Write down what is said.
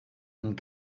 and